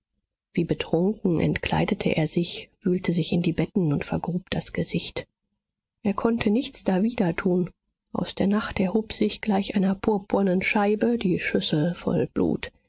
wie betrunken entkleidete er sich wühlte sich in die betten und vergrub das gesicht er konnte nichts dawider tun aus der nacht erhob sich gleich einer purpurnen scheibe die schüssel voll blut